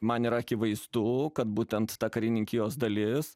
man yra akivaizdu kad būtent ta karininkijos dalis